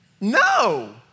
no